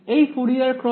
এই ফুরিয়ার ক্রম কি